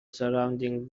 surrounding